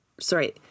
Sorry